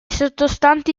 sottostanti